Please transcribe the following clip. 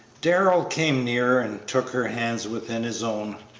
darrell came nearer and took her hands within his own.